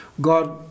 God